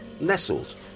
nestled